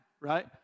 right